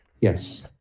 Yes